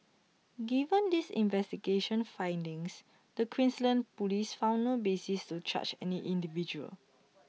given these investigation findings the Queensland Police found no basis to charge any individual